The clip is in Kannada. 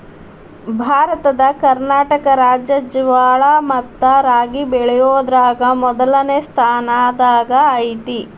ಭಾರತದ ಕರ್ನಾಟಕ ರಾಜ್ಯ ಜ್ವಾಳ ಮತ್ತ ರಾಗಿ ಬೆಳಿಯೋದ್ರಾಗ ಮೊದ್ಲನೇ ಸ್ಥಾನದಾಗ ಐತಿ